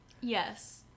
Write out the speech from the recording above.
Yes